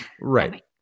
right